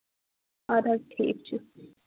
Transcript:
اَدٕ حظ ٹھیٖک چھُ